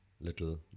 little